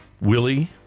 Willie